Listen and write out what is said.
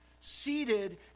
seated